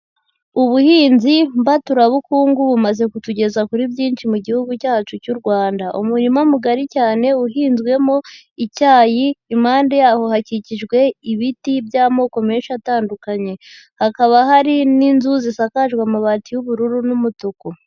Ubuhinzi mbaturabukungu, bumaze kutugeza kuri byinshi mu gihugu cyacu cy'u Rwanda. Umurima mugari cyane uhinzwemo icyayi, impande yaho hakikijwe ibiti by'amoko menshi atandukanye, hakaba hari n'inzu, zisakajwe amabati y'ubururu n'umutuku.